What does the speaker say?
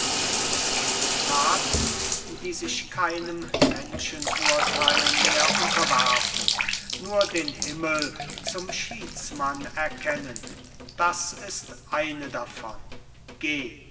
es gibt taten die sich keinem menschenurteil mehr unterwerfen nur den himmel zum schiedsmann erkennen das ist eine davon geh